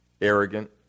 arrogant